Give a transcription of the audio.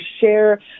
share